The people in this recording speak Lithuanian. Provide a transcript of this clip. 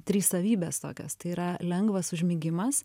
trys savybės tokios tai yra lengvas užmigimas